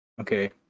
okay